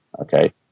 Okay